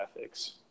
graphics